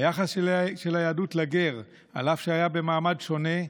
היחס של היהדות לגר, אף שהיה במעמד שונה,